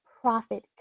Profit